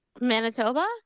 Manitoba